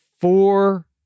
four